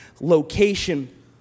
location